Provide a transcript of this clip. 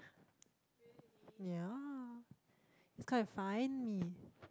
yeah must come and find me